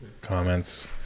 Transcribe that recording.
comments